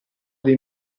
dei